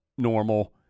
normal